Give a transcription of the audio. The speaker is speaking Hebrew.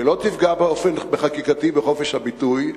שלא תפגע באופן חקיקתי בחופש הביטוי,